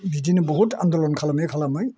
बिदिनो बहुद आनदलन खालामै खालामै